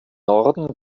norden